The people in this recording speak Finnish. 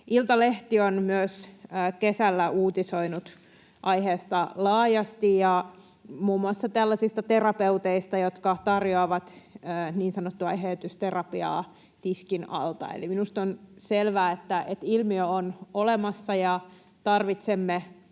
Iltalehti on myös kesällä uutisoinut aiheesta laajasti, myös muun muassa tällaisista terapeuteista, jotka tarjoavat niin sanottua eheytysterapiaa tiskin alta. Eli minusta on selvää, että ilmiö on olemassa ja tarvitsemme